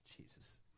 Jesus